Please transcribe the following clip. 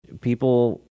people